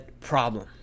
problem